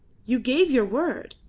you gave your word.